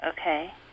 Okay